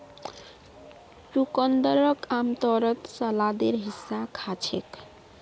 चुकंदरक आमतौरत सलादेर हिस्सा खा छेक